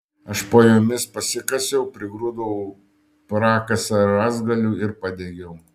aš po jomis pasikasiau prigrūdau prakasą rąstgalių ir padegiau